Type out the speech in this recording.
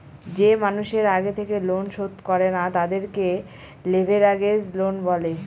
যে মানুষের আগে থেকে লোন শোধ করে না, তাদেরকে লেভেরাগেজ লোন বলে